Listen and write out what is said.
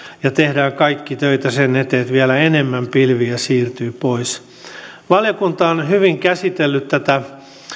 ja tehdään kaikki töitä sen eteen että vielä enemmän pilviä siirtyy pois valiokunta on hyvin käsitellyt tätä